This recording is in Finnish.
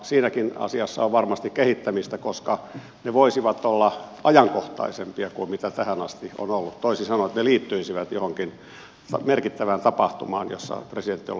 siinäkin asiassa on varmasti kehittämistä koska ne voisivat olla ajankohtaisempia kuin tähän asti on ollut toisin sanoen että ne liittyisivät johonkin merkittävään tapahtumaan jossa presidentti on ollut mukana